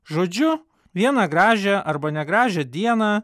žodžiu vieną gražią arba negražią dieną